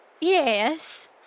Yes